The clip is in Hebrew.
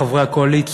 חברי חברי הקואליציה,